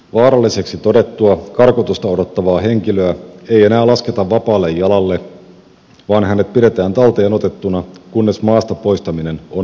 ja kolmanneksi karkotusta odottavaa vaaralliseksi todettua henkilöä ei enää lasketa vapaalle jalalle vaan hänet pidetään talteen otettuna kunnes maasta poistaminen on mahdollinen